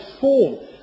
form